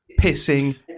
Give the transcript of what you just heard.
pissing